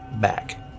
back